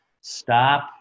stop